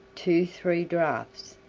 two, three draughts,